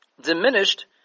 diminished